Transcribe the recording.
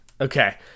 Okay